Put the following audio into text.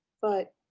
but,